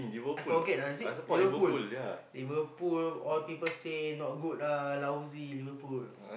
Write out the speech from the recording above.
I forget ah is it Liverpool Liverpool all people say not good ah lousy Liverpool